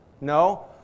No